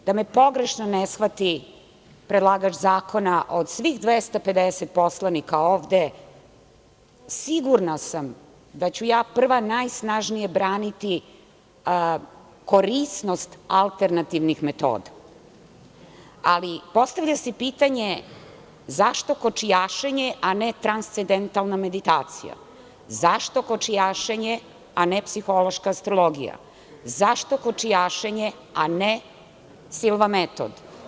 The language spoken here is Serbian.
Da me pogrešno ne shvati predlagač zakona, od svih 250 poslanika ovde, sigurna sam da ću ja prva najsnažnije braniti korisnost alternativnih metoda, ali postavlja se pitanje zašto kočijašenje, a ne transcedentalna meditacija; zašto kočijašenje, a ne psihološka astrologija; zašto kočijašenje, a ne silva metod?